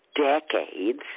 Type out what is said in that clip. decades